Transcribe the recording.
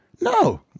No